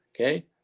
Okay